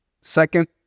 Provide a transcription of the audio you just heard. second